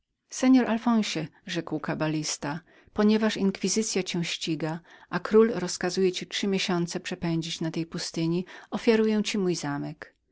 innem panie alfonsie rzekł kabalista ponieważ inkwizycya cię ściga a król rozkazuje ci trzy miesiące przepędzić na tej pustyni ofiaruję ci mój zamek